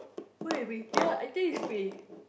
wait we ya I think is free